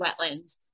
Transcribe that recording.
wetlands